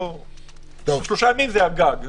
שלושה ימים זה הגג.